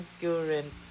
current